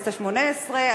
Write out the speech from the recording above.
בכנסת השמונה-עשרה,